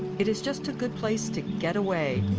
it is just a good place to get away.